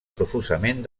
profusament